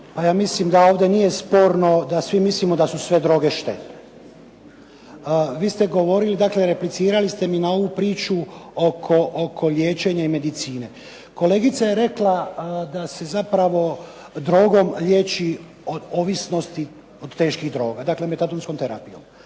A ja mislim da ovdje nije sporno, da svi mislimo da su sve droge štetne. Vi ste govorili, dakle replicirali ste mi na ovu priču oko liječenja i medicine. Kolegica je rekla da se zapravo drogom liječi od ovisnosti od teških droga, dakle metadonskom terapijom.